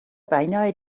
beinahe